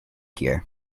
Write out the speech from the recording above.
here